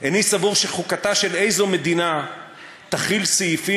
"איני סבור שחוקתה של איזו מדינה תכיל סעיפים